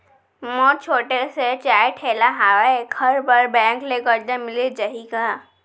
मोर छोटे से चाय ठेला हावे एखर बर बैंक ले करजा मिलिस जाही का?